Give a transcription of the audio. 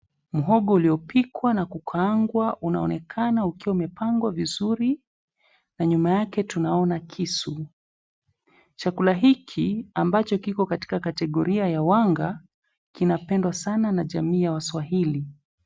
Muhogo uliyopikwa na kukaangwa unaonekana ukiwa umepangwa vizuri na nyuma yake tunaona kisu. Chakula hiki ambacho kiko katika kategoria ya wanga kinapendwa sana na jamii ya waswahili.